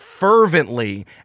Fervently